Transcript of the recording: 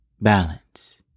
balance